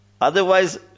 Otherwise